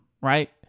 right